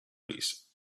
place